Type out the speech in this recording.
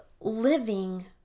living